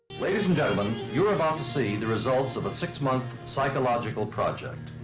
ladies and gentlemen you're about to see the results of a six-month psychological project,